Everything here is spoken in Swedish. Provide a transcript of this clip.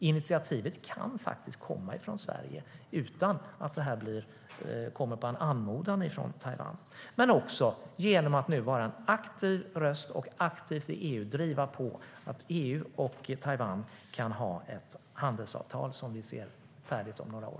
Initiativet kan komma från Sverige utan en anmodan från Taiwan. Regeringen skulle också kunna vara en stark röst i EU för att aktivt driva på för att EU och Taiwan ska ha ett färdigt handelsavtal om några år.